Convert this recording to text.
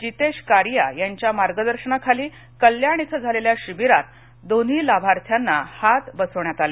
जितेश कारिया यांच्या मार्गदर्शनाखाली कल्याण धिं झालेल्या शिबिरात दोन्ही लाभार्थ्यांना हात बसवण्यात आले